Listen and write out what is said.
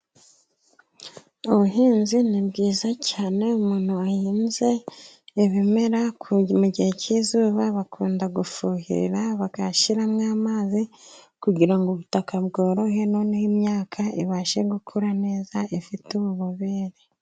Ubuhinzi ni bwiza cyane, umuntu wahinze ibimera mu gihe cy'izuba bakunda gufuhira. Bagashyiramo amazi kugira ngo ubutaka bworohe, noneho imyaka ibashe gukura neza ifite ububobere.